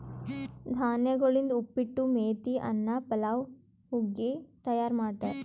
ಧಾನ್ಯಗೊಳಿಂದ್ ಉಪ್ಪಿಟ್ಟು, ಮೇತಿ ಅನ್ನ, ಪಲಾವ್ ಮತ್ತ ಹುಗ್ಗಿ ತೈಯಾರ್ ಮಾಡ್ತಾರ್